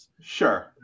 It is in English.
Sure